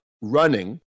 running